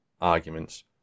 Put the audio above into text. arguments